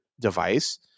device